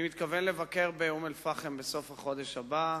אני מתכוון לבקר באום-אל-פחם בסוף החודש הבא.